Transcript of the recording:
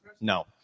no